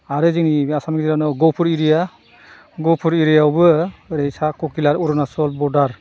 आरो जोंनि बे आसामनि गेजेरावनो गहपुर एरिया